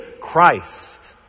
Christ